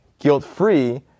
guilt-free